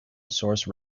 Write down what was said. source